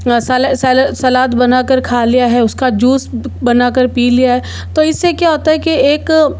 सलाद बनाकर खा लिया है उसका जूस बनाकर पी लिया है तो इससे क्या होता है कि एक